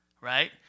Right